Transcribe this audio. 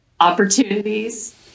opportunities